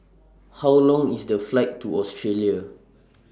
How Long IS The Flight to Australia